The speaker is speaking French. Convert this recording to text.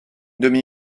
demi